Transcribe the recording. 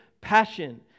passion